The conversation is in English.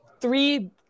three